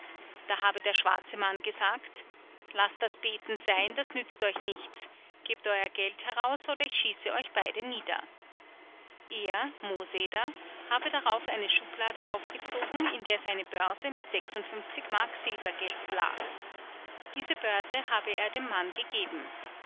da habe der schwarze mann gesagt laßt das beten sein das nützt euch nichts gebt euer geld heraus oder ich schieße euch beide nieder er mooseder habe darauf eine schublade aufgezogen in der seine börse mit m silbergeld lag diese börse habe er dem mann gegeben